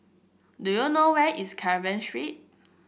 do you know where is Carver Street